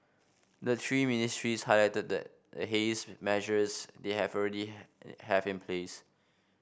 the three ministries highlighted the haze measures they have already have in place